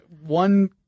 One